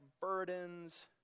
burdens